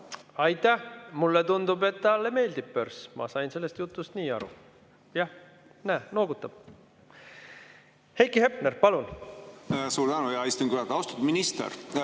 Aitäh! Mulle tundub, et talle meeldib börs. Ma sain sellest jutust nii aru. Jah, näe, noogutab. Heiki Hepner, palun! Suur tänu, hea istungi juhataja! Austatud minister!